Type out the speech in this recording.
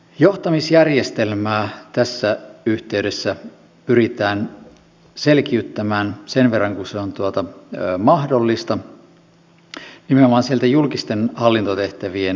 johtamisjärjestelmää tässä yhteydessä pyritään selkiyttämään sen verran kuin se on mahdollista nimenomaan sieltä julkisten hallintotehtävien osalta